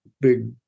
big